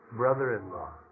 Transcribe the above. brother-in-law